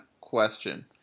question